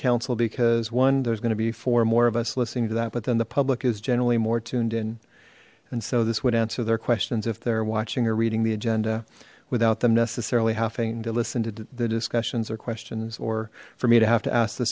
council because one there's going to be four more of us listening to that but then the public is generally more tuned in and so this would answer their questions if they're watching or reading the agenda without them necessarily having to listen to the discussions or questions or for me to have to ask the